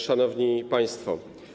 Szanowni Państwo!